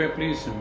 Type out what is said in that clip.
Please